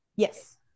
Yes